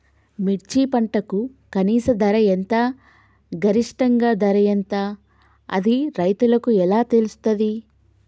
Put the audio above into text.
మిర్చి పంటకు కనీస ధర ఎంత గరిష్టంగా ధర ఎంత అది రైతులకు ఎలా తెలుస్తది?